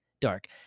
dark